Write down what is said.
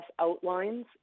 outlines